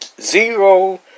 zero